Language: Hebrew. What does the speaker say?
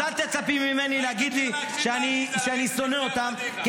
אז תצפי ממני להגיד שאני שונא אותם -- היית צריך להקשיב לעליזה,